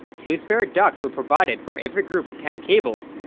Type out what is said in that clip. two spare ducts were provided for every group of ten cables,